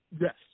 Yes